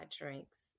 drinks